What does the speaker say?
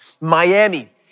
Miami